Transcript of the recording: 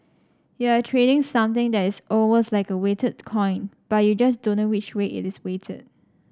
you're trading something that is almost like a weighted coin but you just don't know which way it is weighted